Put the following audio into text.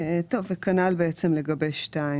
ובכלל זה לקבוע הוראות לעניין פעולות בעלי התפקידים לפי סעיף 10ג,